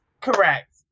correct